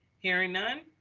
hearing none.